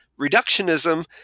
reductionism